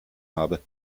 habe